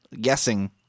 guessing